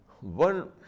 one